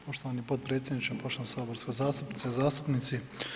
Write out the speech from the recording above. Poštovani potpredsjedniče, poštovana saborska zastupnice, zastupnici.